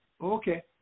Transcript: Okay